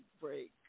break